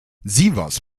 sievers